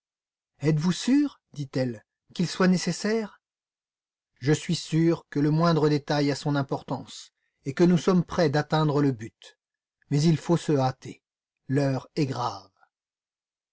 êtes-vous sûr dit-elle qu'il soit nécessaire je suis sûr que le moindre détail a son importance et que nous sommes près d'atteindre le but mais il faut se hâter l'heure est grave